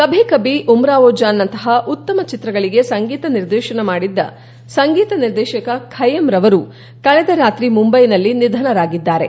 ಕಭೀ ಕಭೀ ಉಮ್ರಾವೋ ಜಾನ್ನಂತಹ ಉತ್ತಮ ಚಿತ್ರಗಳಿಗೆ ಸಂಗೀತ ನಿರ್ದೇತನ ಮಾಡಿದ್ದ ಸಂಗೀತ ನಿರ್ದೇಶಕ ಕೈಯ್ಕಂರವರು ಕಳೆದ ರಾತ್ರಿ ಮುಂಬೈನಲ್ಲಿ ನಿಧನರಾಗಿದ್ದಾರೆ